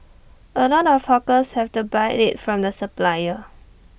A lot of hawkers have to buy IT from the supplier